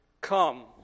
come